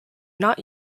not